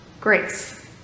grace